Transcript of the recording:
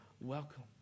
welcome